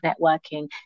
networking